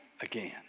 again